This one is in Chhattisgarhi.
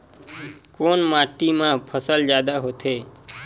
कोन माटी मा फसल जादा होथे?